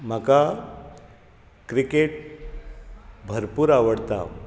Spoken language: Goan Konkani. म्हाका क्रिकेट भरपूर आवडटा